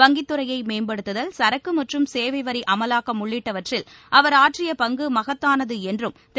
வங்கித் துறையை மேம்படுத்துதல் சரக்கு மற்றும் சேவை வரி அமவாக்கம் உள்ளிட்டவற்றில் அவர் ஆற்றிய பங்கு மகத்தானது என்றும் திரு